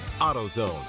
AutoZone